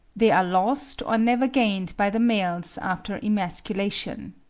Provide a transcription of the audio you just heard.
they are lost or never gained by the males after emasculation.